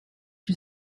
you